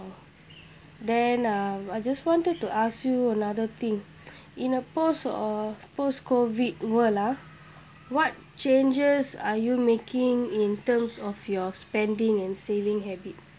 then um I just wanted to ask you another thing in a post or post-COVID world ah what changes are you making in terms of your spending and saving habit